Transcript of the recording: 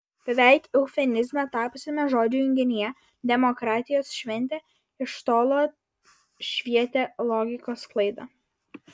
beveik eufemizme tapusiame žodžių junginyje demokratijos šventė iš tolo švietė logikos klaida